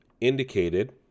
indicated